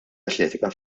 atletika